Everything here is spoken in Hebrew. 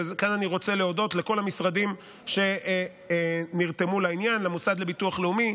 כאן אני רוצה להודות לכל המשרדים שנרתמו לעניין: למשרד לביטוח לאומי,